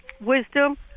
wisdom